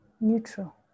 neutral